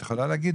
את יכולה להגיד,